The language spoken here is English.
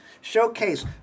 Showcase